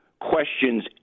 questions